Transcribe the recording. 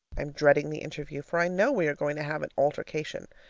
i am dreading the interview, for i know we are going to have an altercation.